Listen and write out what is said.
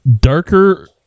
darker